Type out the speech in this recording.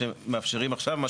שמאפשרים עכשיו.